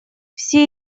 все